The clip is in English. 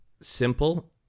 simple